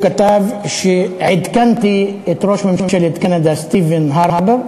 כתב: עדכנתי את ראש ממשלת קנדה סטיבן הרפר,